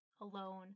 alone